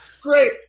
Great